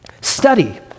study